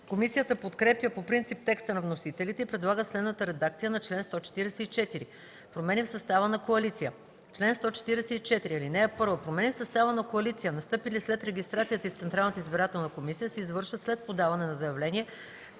Комисията подкрепя по принцип текста на вносителите и предлага следната редакция на чл. 144: „Промени в състава на коалиция Чл. 144. (1) Промени в състава на коалиция, настъпили след регистрацията й в Централната избирателна комисия, се извършват след подаване на заявление